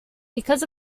because